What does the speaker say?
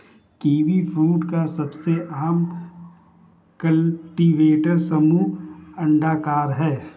kiwifruit का सबसे आम कल्टीवेटर समूह अंडाकार है